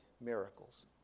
miracles